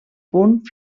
punt